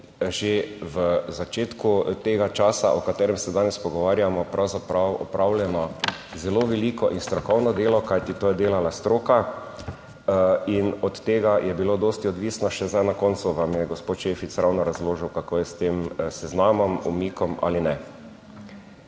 že v začetku tega časa, o katerem se danes pogovarjamo, pravzaprav opravljeno zelo veliko in strokovno delo, kajti to je delala stroka in od tega je bilo dosti odvisna, še zdaj na koncu vam je gospod Šefic ravno razložil kako je s tem seznamom umikom ali ne.